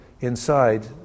inside